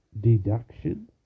deduction